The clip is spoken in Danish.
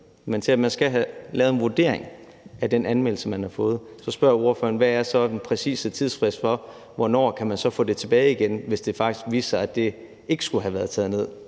men til, at man skal have lavet en vurdering af den anmeldelse, man har fået – hvad er så den præcise tidsfrist for, hvornår man kan få det tilbage igen, hvis det faktisk viser sig, at det ikke skulle have været taget ned?